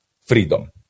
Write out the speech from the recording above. freedom